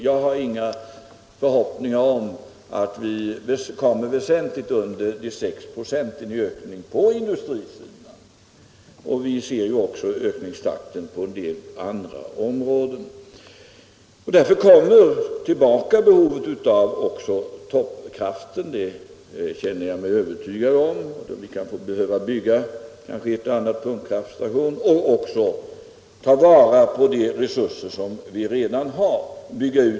Jag har inga förhoppningar om att ökningen på industrisidan kommer väsentligt under de 6 96. Vi ser ju också ökningstakten på en del andra områden. Därför kommer också behovet av toppkraften tillbaka. Det känner jag mig övertygad om. Vi kanske kommer att behöva bygga en och annan pumpkraftstation och att bygga ut effekten av de resurser som vi redan har.